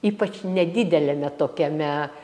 ypač nedideliame tokiame